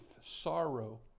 sorrow